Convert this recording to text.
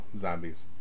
zombies